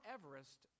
Everest